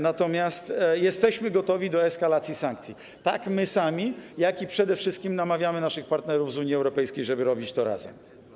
Natomiast jesteśmy gotowi do eskalacji sankcji, my sami, jak i przede wszystkim namawiamy naszych partnerów z Unii Europejskiej, żeby robić to razem.